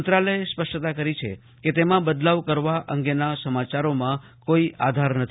મંત્રાલયે સ્પષ્ટતા કરી છે કે તેમાં બદલાવ કરવા અંગેના સમાચારોમાં કોઈ આધાર નથી